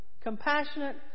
compassionate